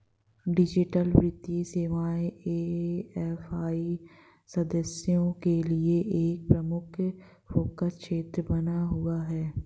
digital वित्तीय सेवाएं AFI सदस्यों के लिए एक प्रमुख फोकस क्षेत्र बना हुआ है